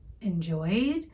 enjoyed